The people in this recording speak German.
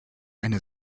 eine